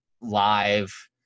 live